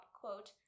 quote